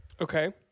Okay